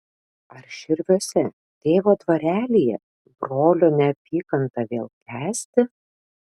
ar širviuose tėvo dvarelyje brolio neapykantą vėl kęsti